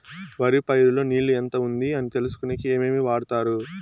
వరి పైరు లో నీళ్లు ఎంత ఉంది అని తెలుసుకునేకి ఏమేమి వాడతారు?